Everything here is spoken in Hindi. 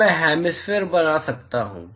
अब मैं एक हैमिस्फेअर बना सकता हूँ